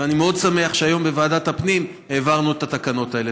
ואני מאוד שמח שהיום בוועדת הפנים העברנו את התקנות האלה.